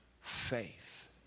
faith